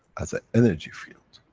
as a energy field.